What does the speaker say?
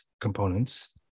components